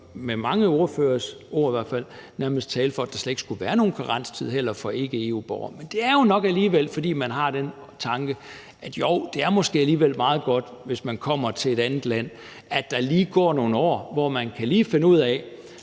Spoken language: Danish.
med mange ordføreres ord i hvert fald, nærmest tale for, at der slet ikke skulle være nogen karenstid, heller ikke for ikke-EU-borgere. Men det er jo nok alligevel, fordi man har den tanke, at det måske alligevel er meget godt, at hvis en person kommer til et andet land, går der lige nogle år, hvor vedkommende kan finde ud af,